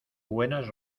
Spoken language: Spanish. buenas